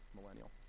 Millennial